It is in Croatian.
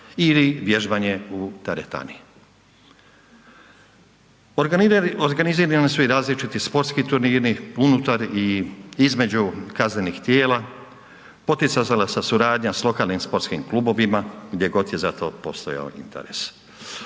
ili vježbanje u teretani. Organizirani su i različiti sportski turniri unutar i između kaznenih djela, poticala se suradnja sa lokalnim sportskim klubovima gdje god je za to postojao interes.